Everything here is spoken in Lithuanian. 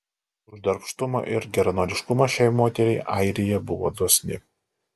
už darbštumą ir geranoriškumą šiai moteriai airija buvo dosni